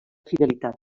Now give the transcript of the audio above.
fidelitat